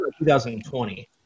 2020